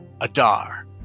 Adar